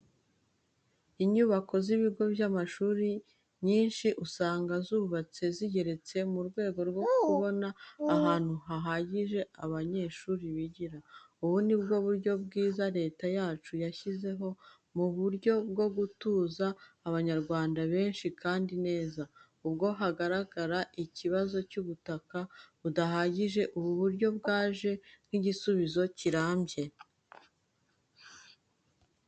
Inyubako z'ibigo by'amashuri nyinshi usanga zubatse zigeretse mu rwego rwo kubona ahantu hahagije abanyeshuri bigira. Ubu ni uburyo bwiza Leta yacu yashyizeho mu buryo bwo gutuza Abanyarwanda benshi kandi neza. Ubwo hagaragaraga icyibazo cy'ubutaka budahagije, ubu buryo bwaje nk'igisubizo kirambye.